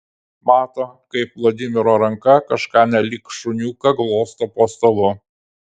mato kaip vladimiro ranka kažką nelyg šuniuką glosto po stalu